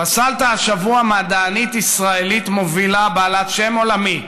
פסלת השבוע מדענית ישראלית מובילה בעלת שם עולמי,